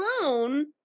alone